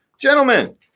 Gentlemen